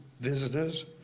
visitors